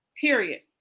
period